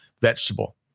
vegetable